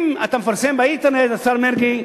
אם אתה מפרסם באינטרנט, השר מרגי,